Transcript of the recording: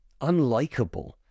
unlikable